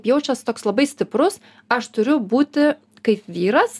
jaučias toks labai stiprus aš turiu būti kaip vyras